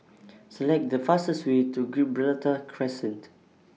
Select The fastest Way to Gibraltar Crescent